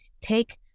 take